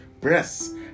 breasts